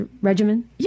regimen